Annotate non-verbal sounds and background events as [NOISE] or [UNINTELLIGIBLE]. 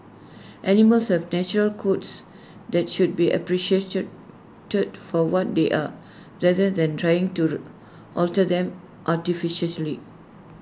animals have natural coats that should be appreciated [UNINTELLIGIBLE] for what they are rather than trying to [UNINTELLIGIBLE] alter them artificially